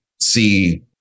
see